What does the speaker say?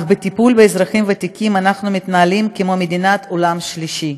אך בטיפול באזרחים הוותיקים אנחנו מתנהלים כמו מדינת עולם שלישי.